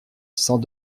sans